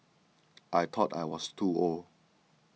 I thought I was too old